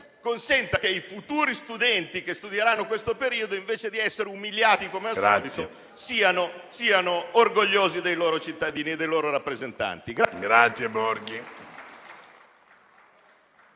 consenta ai futuri studenti che studieranno questo periodo, invece di essere umiliati come al solito, di essere orgogliosi dei loro cittadini e dei loro rappresentanti.